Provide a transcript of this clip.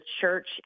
church